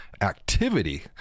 activity